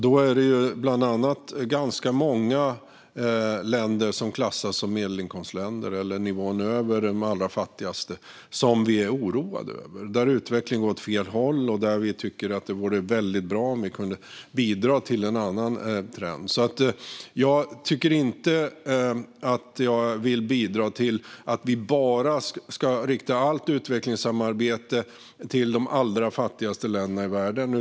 Det är ganska många länder som klassas som medelinkomstländer eller ligger på nivån över de allra fattigaste som vi är oroade över - där utvecklingen går åt fel håll och vi tycker att det vore bra om vi kunde bidra till en annan trend. Jag vill inte bidra till att vi bara ska rikta utvecklingssamarbetet mot de allra fattigaste länderna i världen.